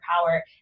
power